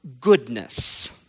goodness